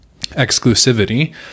Exclusivity